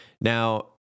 Now